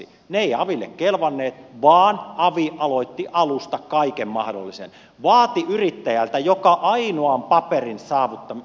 ne eivät aville kelvanneet vaan avi aloitti alusta kaiken mahdollisen vaati yrittäjältä joka ainoan paperin toimittamista aville